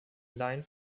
laien